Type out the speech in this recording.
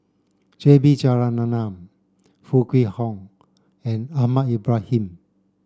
J B Jeyaretnam Foo Kwee Horng and Ahmad Ibrahim